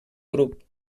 grup